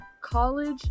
college